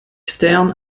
stern